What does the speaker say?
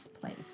place